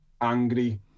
angry